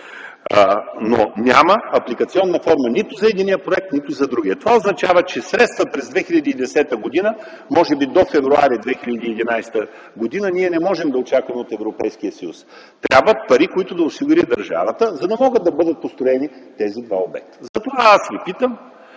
Няма апликационна форма нито за единия, нито за другия проект. Това означава, че средства за 2010 г., може би до м. февруари 2011 г. не можем да очакваме от Европейския съюз. Трябват пари, които да осигури държавата, за да могат да бъдат построени тези два обекта. Затова Ви питам: